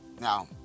Now